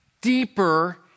deeper